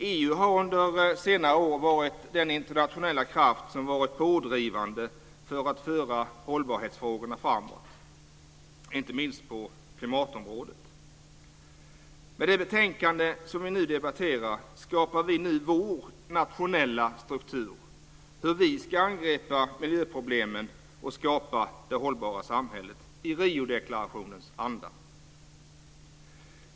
EU har under senare år varit den internationella kraft som varit pådrivande för att föra hållbarhetsfrågorna framåt inte minst på klimatområdet. Med det betänkande som vi nu debatterar skapar vi nu vår nationella struktur för hur vi ska angripa miljöproblemen och skapa det hållbara samhället i Riodeklarationens anda.